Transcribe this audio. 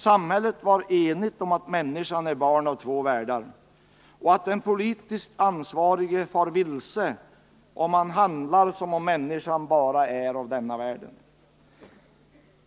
Samhället var enigt när det gällde konstaterandet att människan är barn av två världar samt om att den politiskt ansvarige skulle fara vilse om han handlade som om människan bara var av denna världen.